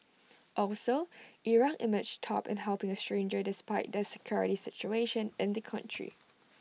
also Iraq emerged top in helping A stranger despite the security situation in the country